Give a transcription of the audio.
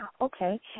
Okay